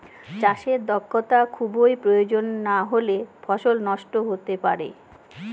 চাষে দক্ষটা খুবই প্রয়োজন নাহলে ফসল নষ্ট হতে পারে